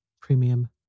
Premium